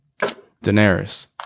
Daenerys